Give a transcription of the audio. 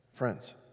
Friends